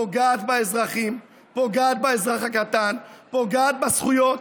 פוגעת באזרחים, פוגעת באזרח הקטן, פוגעת בזכויות,